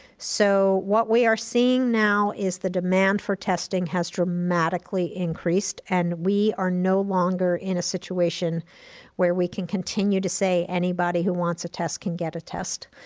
so what we are seeing now is the demand for testing has dramatically increased and we are no longer in a situation where we can continue to say anybody who wants a test can get a test.